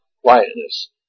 quietness